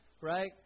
right